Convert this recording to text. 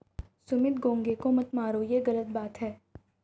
सुमित घोंघे को मत मारो, ये गलत बात है